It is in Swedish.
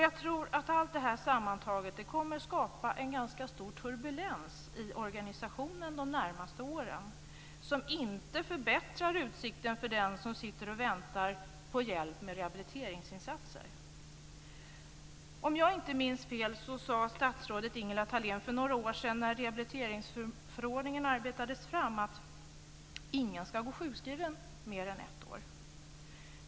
Jag tror att allt det här sammantaget kommer att skapa en ganska stor turbulens i organisationen de närmaste åren, som inte förbättrar utsikten för den som sitter och väntar på hjälp med rehabiliteringsinsatser. Om jag inte minns fel sade statsrådet Ingela Thalén för några år sedan, när rehabiliteringsförordningen arbetades fram, att ingen ska gå sjukskriven mer än ett år.